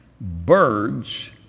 birds